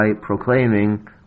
proclaiming